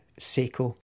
Seiko